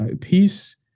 peace